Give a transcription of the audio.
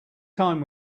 time